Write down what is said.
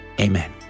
Amen